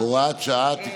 של חברי הכנסת